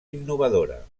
innovadora